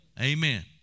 Amen